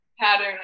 pattern